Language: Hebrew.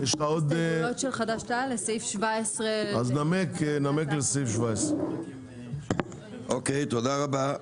הסתייגות של חד"ש-תע"ל לסעיף 17. נמק לסעיף 17. תודה רבה.